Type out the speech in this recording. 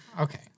Okay